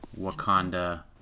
Wakanda